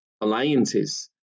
alliances